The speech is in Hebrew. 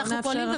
אנחנו פועלים.